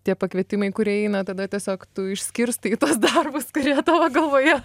tie pakvietimai kurie eina tada tiesiog tu išskirstai tuos darbus kurie tavo galvoje